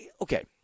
Okay